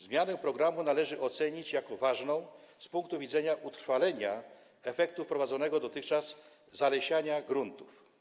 Zmianę programu należy ocenić jako ważną z punktu widzenia utrwalenia efektów prowadzonego dotychczas zalesiania gruntów.